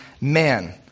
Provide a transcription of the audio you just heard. man